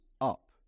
up